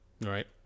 Right